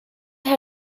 how